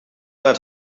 let